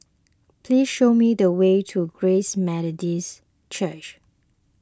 please show me the way to Grace Methodist Church